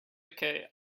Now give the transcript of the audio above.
decay